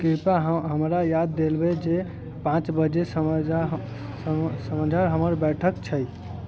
कृपया हमरा याद दिलबै जे पांँच बजे समझऽ हमर बैठक छै